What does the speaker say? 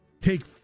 Take